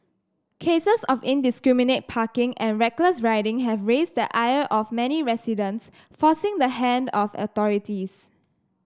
cases of indiscriminate parking and reckless riding have raised the ire of many residents forcing the hand of authorities